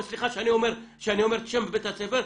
וסליחה שאני אומר את שם בית הספר,